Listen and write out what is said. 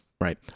right